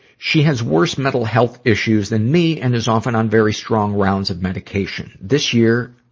she has worse mental health issues than me and is often on very strong rounds of medication. this year,